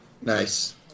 nice